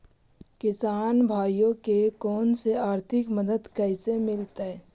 किसान भाइयोके कोन से आर्थिक मदत कैसे मीलतय?